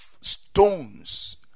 stones